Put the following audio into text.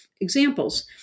examples